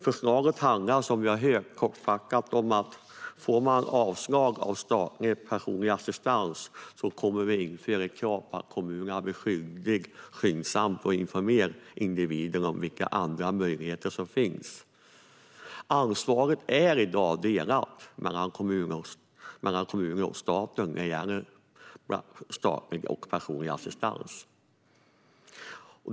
Förslaget handlar kortfattat om att vi ska införa ett krav på att om man får avslag på sin begäran om statlig personlig assistans ska kommunen vara skyldig att skyndsamt informera individen om vilka andra möjligheter som finns. Ansvaret är i dag delat mellan kommuner och staten när det gäller statlig och personlig assistans.